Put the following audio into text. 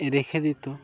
রেখে দিতো